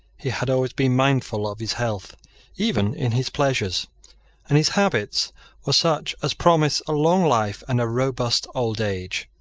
he had always been mindful of his health even in his pleasures and his habits were such as promise a long life and a robust old age.